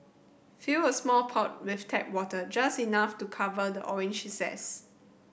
fill a small pot with tap water just enough to cover the orange zest